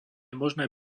možné